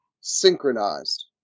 synchronized